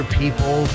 people